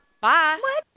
Bye